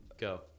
Go